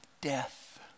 death